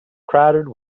crowded